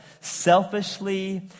selfishly